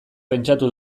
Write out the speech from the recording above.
pentsatu